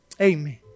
Amen